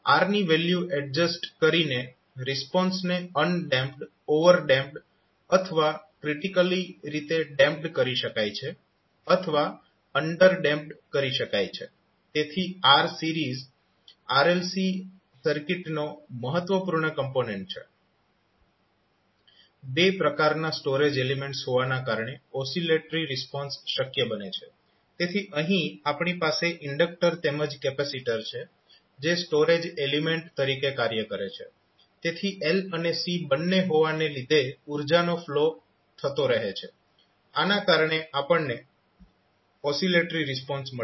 R ની value adjust કરીને રિસ્પોન્સને અનડેમ્પ્ડ ઓવરડેમ્પ્ડ અથવા ક્રિટીકલી રીતે ડેમ્પ્ડ કરી શકાય છે અથવા અન્ડરડેમ્પ્ડ કરી શકાય છે તેથી R સિરીઝ RLC સર્કિટનો મહત્વપૂર્ણ કોમ્પોનેન્ટ છે બે પ્રકારના સ્ટોરેજ એલીમેન્ટસ હોવાને કારણે ઓસિલેટરી રિસ્પોન્સ શક્ય બને છે તેથી અહીં આપણી પાસે ઇન્ડેક્ટર તેમજ કેપેસિટર છે જે સ્ટોરેજ એલીમેન્ટ તરીકે કાર્ય કરે છે તેથી L અને C બંને હોવાને લીધે ઉર્જાનો ફ્લો થતો રહે છે આના કારણે આપણને ઓસિલેટરી રિસ્પોન્સ મળે છે